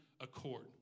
accord